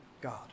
God